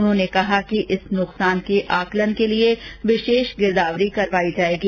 उन्होंने कहा कि इस नुकसान के आकलन के लिए विशेष गिरदावरी करवाई जायेगी